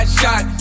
shot